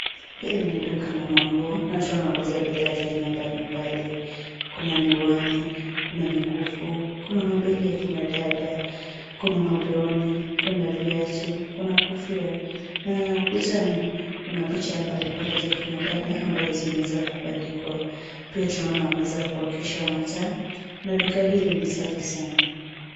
Hili ni duka la manguo na tunaona wanauza bidhaa za aina mbalimbali. Kuna miwani, kuna mikufu, kuna mabegi ya kina dada, kuna magauni, kuna viatu, kuna kofia, na ukutani kuna picha mbalimbali za kina dada ambazo zimeweza kubandikwa. Pia tunaona wameweza kuwakisha mataa, na duka hili ni safi sana.